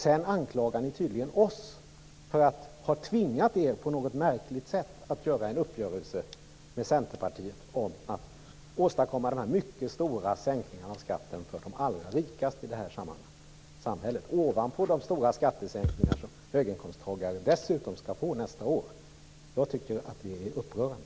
Sedan anklagar ni tydligen oss för att på något märkligt sätt ha tvingat er till en uppgörelse med Centerpartiet om att åstadkomma mycket stora sänkningar av skatten för de allra rikaste i det här samhället, ovanpå de stora skattesänkningar som höginkomsttagare dessutom skall få nästa år. Jag tycker att det är upprörande.